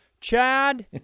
Chad